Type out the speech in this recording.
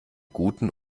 guten